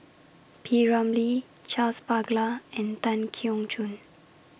P Ramlee Charles Paglar and Tan Keong Choon